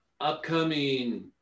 upcoming